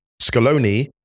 Scaloni